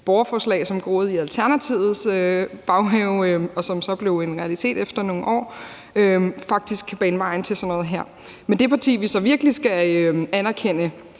borgerforslag, som groede i Alternativets baghave, og som så blev en realitet efter nogle år, faktisk kan bane vejen for sådan noget her. Men det parti, vi så virkelig skal anerkende